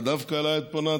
דווקא אליי את פונה?